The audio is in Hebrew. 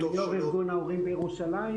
אני יו"ר ארגון ההורים בירושלים.